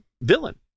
villain